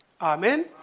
Amen